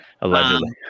allegedly